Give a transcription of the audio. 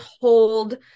hold